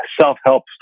self-help